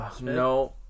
no